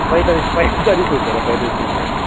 पैँतालिस पैँतालिस हुँदैन पैँतालिस हुँदैन